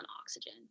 oxygen